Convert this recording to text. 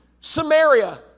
Samaria